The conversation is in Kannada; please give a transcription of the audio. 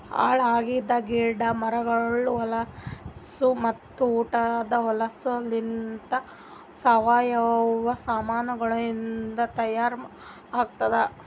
ಹಾಳ್ ಆಗಿದ್ ಗಿಡ ಮರಗೊಳ್ದು ಹೊಲಸು ಮತ್ತ ಉಟದ್ ಹೊಲಸುಲಿಂತ್ ಸಾವಯವ ಸಾಮಾನಗೊಳಿಂದ್ ತೈಯಾರ್ ಆತ್ತುದ್